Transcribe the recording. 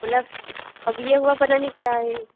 मदलब अब ये हुआ पता नहीं क्या है